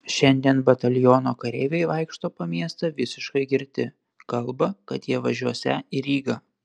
šiandien bataliono kareiviai vaikšto po miestą visiškai girti kalba kad jie važiuosią į rygą